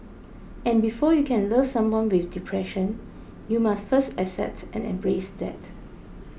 and before you can love someone with depression you must first accept and embrace that